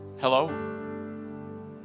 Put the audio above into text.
Hello